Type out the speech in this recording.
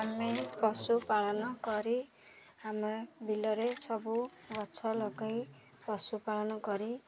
ଆମେ ପଶୁପାଳନ କରି ଆମେ ବିଲରେ ସବୁ ଗଛ ଲଗାଇ ପଶୁପାଳନ କରି